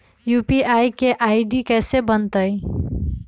UPI के ID कैसे बनतई?